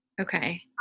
Okay